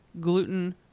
gluten